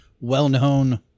well-known